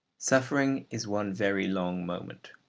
suffering is one very long moment.